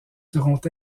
seront